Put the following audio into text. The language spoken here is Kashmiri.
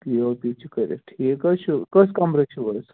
پی او پی چھُ کٔرِتھ ٹھیٖک حظ چھُ کٔژ کَمرٕ چھُو حظ